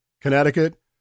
Connecticut